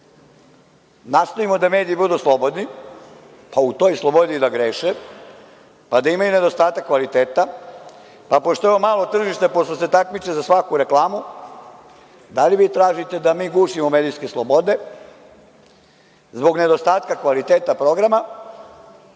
nastojimo da mediji budu slobodni, pa u toj slobodi da greše, pa da imaju nedostatak kvaliteta, a pošto je ovo malo tržište, pošto se takmiče za svaku reklamu, da li vi tražite da mi gušimo medijske slobode zbog nedostatka kvaliteta programa